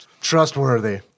Trustworthy